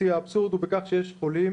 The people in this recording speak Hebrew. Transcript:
שיא האבסורד הוא בכך שיש חולים,